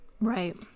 Right